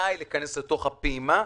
אני מבקש להוסיף את זה לחקיקה הזו.